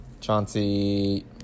Chauncey